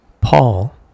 Paul